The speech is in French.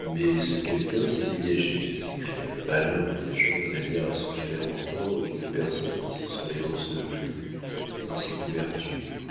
mais ce quelqu'un s'est dégagé s'écria le malin voyageur de manière à se faire entendre d'une personne qui se serait ensevelie dans ses couvertures